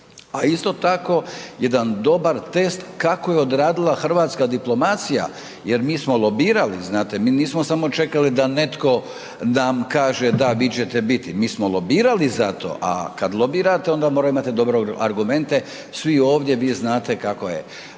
a isto tako jedan dobar test kako je odradila hrvatska diplomacija, jer mi smo lobirali znate, mi nismo samo čekali da netko nam kaže da vi ćete biti, mi smo lobirali za to, a kad lobirate onda morate imati dobre argumente. Svi ovdje vi znate kako je.